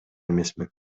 эмесмин